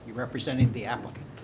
representing the applicant